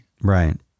Right